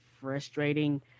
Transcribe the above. frustrating